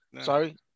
Sorry